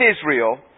Israel